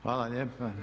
Hvala lijepo.